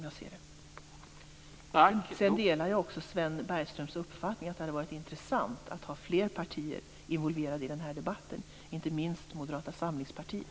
Jag delar Sven Bergströms uppfattning att det vore intressant att ha fler partier involverade i debatten, inte minst Moderata samlingspartiet.